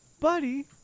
Buddy